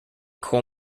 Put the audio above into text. coal